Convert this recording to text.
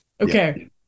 Okay